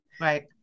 Right